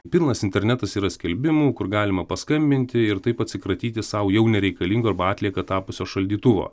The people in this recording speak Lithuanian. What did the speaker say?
pilnas internetas yra skelbimų kur galima paskambinti ir taip atsikratyti sau jau nereikalingų arba atlieka tapusio šaldytuvo